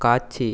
காட்சி